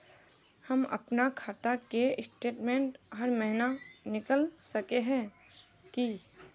हम अपना खाता के स्टेटमेंट हर महीना निकल सके है की?